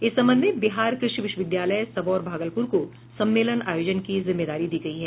इस संबंध में बिहार कृषि विश्वविद्यालय सबौर भागलपुर को सम्मेलन आयोजन की जिम्मेदारी दी गयी है